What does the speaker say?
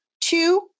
two